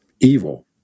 evil